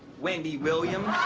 wendy williams.